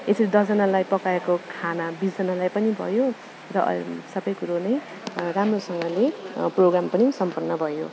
यसरी दसजनालाई पकाएको खाना बिसजनालाई पनि भयो र सब कुरो नै राम्रोसँगले प्रोग्राम पनि सम्पन्न भयो